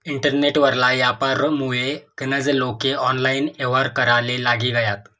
internet वरला यापारमुये गनज लोके ऑनलाईन येव्हार कराले लागी गयात